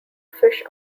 fish